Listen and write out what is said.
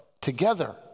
Together